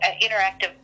interactive